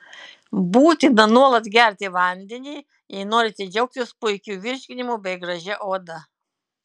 būtina nuolat gerti vandenį jei norite džiaugtis puikiu virškinimu bei gražia oda